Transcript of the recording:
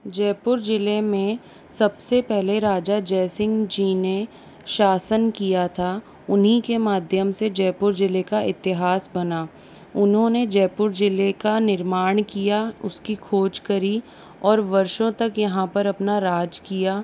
जयपुर ज़िले में सबसे पहले राजा जय सिंह जी ने शासन किया था उन्ही के माध्यम से जयपुर ज़िले का इतिहास बना उन्होंने जयपुर ज़िले का निर्माण किया उसकी खोज करी और वर्षों तक यहाँ पर अपना राज किया